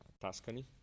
tuscany